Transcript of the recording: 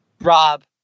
Rob